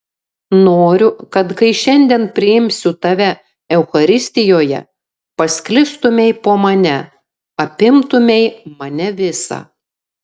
noriu kad kai šiandien priimsiu tave eucharistijoje pasklistumei po mane apimtumei mane visą